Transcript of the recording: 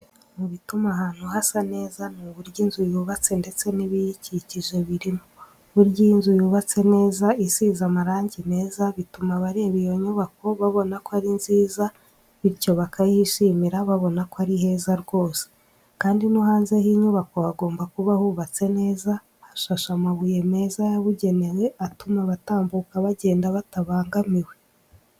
Mu bituma ahantu hasa neza n'uburyo inzu yubatse ndetse n'ibiyikikije birimo, burya iyo inzu yubatse neza isize amarangi meza bituma abareba iyo nyubako babona ko ari nziza bityo bakahishimira babona ko ari heza rwose. Kandi no hanze h'inyubako hagomba kuba hubatse neza hashashe amabuye meza yabugenewe atuma abatambuka bagenda batabangamiwe.